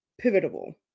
pivotal